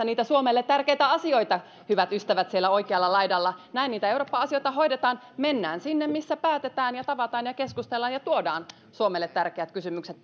niitä suomelle tärkeitä asioita hyvät ystävät siellä oikealla laidalla näin niitä eurooppa asioita hoidetaan mennään sinne missä päätetään ja tavataan ja keskustellaan ja tuodaan suomelle tärkeät kysymykset